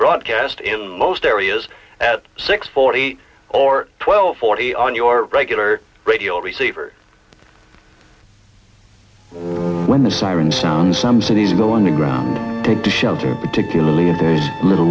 broadcast in most areas at six forty or twelve forty on your regular radio receiver when the siren sounds some cities go underground get to shelter particularly if there's little